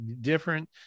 different